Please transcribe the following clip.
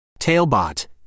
Tailbot